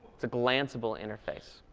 it's a glanceable interface.